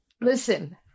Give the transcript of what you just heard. Listen